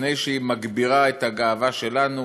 לפני שהיא מגבירה את הגאווה שלנו